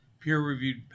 peer-reviewed